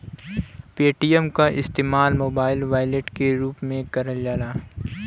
Paytm क इस्तेमाल mobile wallet के रूप में करल जाला